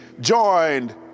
joined